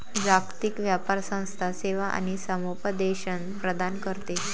जागतिक व्यापार संस्था सेवा आणि समुपदेशन प्रदान करते